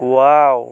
wow